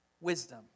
wisdom